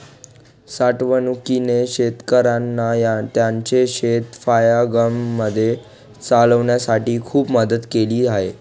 साठवणूकीने शेतकऱ्यांना त्यांचं शेत फायद्यामध्ये चालवण्यासाठी खूप मदत केली आहे